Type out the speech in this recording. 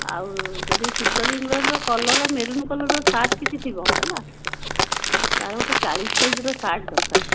ଆଉ ଯଦି ପିଟର ଇଂଲଣ୍ଡର କଲର ମେରୁନ କଲରର ସାର୍ଟ କିଛି ଥିବ ହେଲା ତାହାହେଲେ ଗୋଟେ ଚାଳିଶ ସାଇଜ଼ର ସାର୍ଟ ଦରକାର